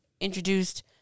introduced